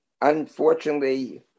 unfortunately